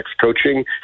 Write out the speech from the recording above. coaching